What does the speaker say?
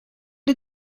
did